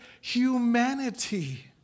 humanity